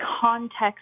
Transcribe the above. context